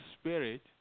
spirit